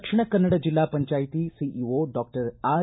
ದಕ್ಷಿಣ ಕನ್ನಡ ಜಿಲ್ಲಾ panchayat CEO doctor R